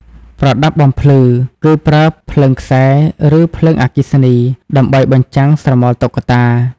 ប្រដាប់បំភ្លឺ គឺប្រើភ្លើងខ្សែ ឬភ្លើងអគ្គិសនី ដើម្បីបញ្ចាំងស្រមោលតុក្កតា។